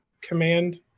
command